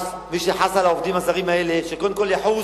על העובדים הזרים האלה שקודם כול יחוס